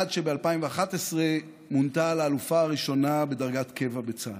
עד שב-2011 מונתה לאלופה הראשונה בדרגת קבע בצה"ל.